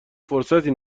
فرصتی